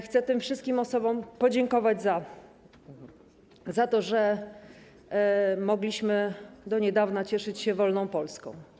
Chcę tym wszystkim osobom podziękować za to, że mogliśmy do niedawna cieszyć się wolną Polską.